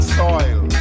soil